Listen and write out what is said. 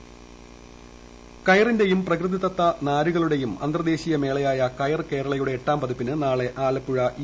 കയർ കേരള കയറിന്റെയും പ്രകൃതിദത്ത നാരുകളുടേയും അന്തർദേശീയ മേളയായ കയർ കേരളയുടെ എട്ടാം പതിപ്പിന് നാളെ ആലപ്പുഴ ഇ